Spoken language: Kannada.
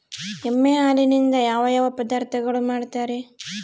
ಎಮ್ಮೆ ಹಾಲಿನಿಂದ ಯಾವ ಯಾವ ಪದಾರ್ಥಗಳು ಮಾಡ್ತಾರೆ?